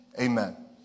Amen